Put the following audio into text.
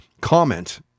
comment